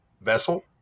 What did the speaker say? vessel